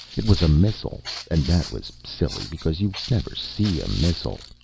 it was a missile and that was silly, because you never see a missile.